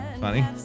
Funny